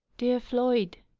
dear floyd,